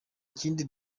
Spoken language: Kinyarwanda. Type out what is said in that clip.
kindi